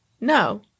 No